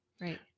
Right